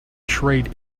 trade